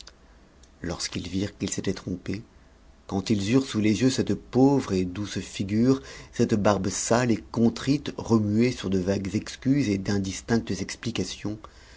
lorsqu'ils virent qu'ils s'étaient trompés quand ils eurent sous les yeux cette pauvre et douce figure cette barbe sale et contrite remuée sur de vagues excuses et d'indistinctes explications